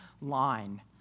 line